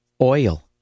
Oil